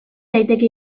daiteke